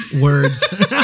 Words